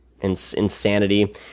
insanity